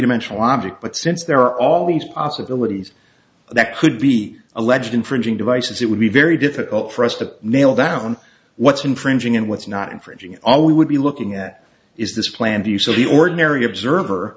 dimensional object but since there are all these possibilities that could be alleged infringing devices it would be very difficult for us to nail down what's infringing and what's not infringing all we would be looking at is this planned the use of the ordinary observer